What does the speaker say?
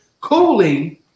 cooling